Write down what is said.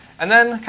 and then,